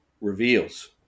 reveals